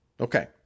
Okay